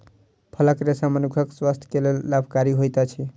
फलक रेशा मनुखक स्वास्थ्य के लेल लाभकारी होइत अछि